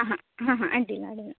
ಹಾಂ ಹಾಂ ಹಾಂ ಅಡ್ಡಿಲ್ಲ ಅಡ್ಡಿಲ್ಲ